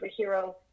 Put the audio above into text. superhero